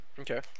Okay